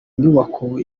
nyubako